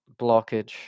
blockage